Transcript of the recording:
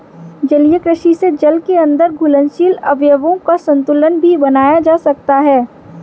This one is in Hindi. जलीय कृषि से जल के अंदर घुलनशील अवयवों का संतुलन भी बनाया जा सकता है